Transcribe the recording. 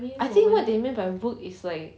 I think what they mean by work as like